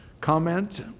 Comment